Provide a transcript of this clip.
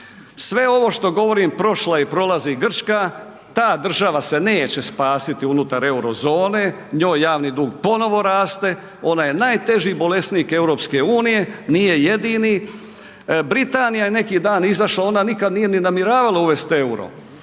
Sve ovo što govorim prošla je i prolazi Grčka. Ta država se neće spasiti unutar euro zone, njoj javni dug ponovo raste, ona je najteži bolesnik EU, nije jedini. Britanija je neki dan izašla, ona nikad nije ni namjeravala uvesti EUR-o.